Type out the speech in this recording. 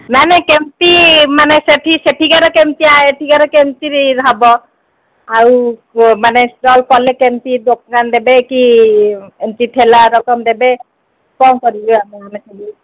ନାଇଁ ନାଇଁ କେମତି ମାନେ ସେଠି ସେଠିକାର କେମିତି ଏଠିକାର କେମତି ହେବ ଆଉ ମାନେ ଷ୍ଟଲ୍ କଲେ କେମିତି ଦୋକାନ ଦେବେ କି ଏମିତି ଠେଲା ରକମ୍ ଦେବେ କ'ଣ କରିବେ